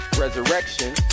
Resurrection